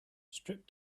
strip